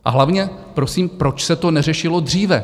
A hlavně, prosím, proč se to neřešilo dříve?